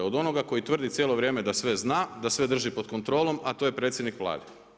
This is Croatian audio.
Od onoga koji tvrdi cijelo vrijeme da sve zna, da sve drži pod kontrolom a to je predsjednik Vlade.